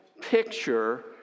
picture